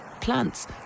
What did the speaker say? Plants